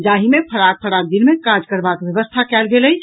जाहि मे फराक फराक दिन मे काज करबाक व्यवस्था कयल गेल अछि